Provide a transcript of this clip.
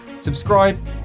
subscribe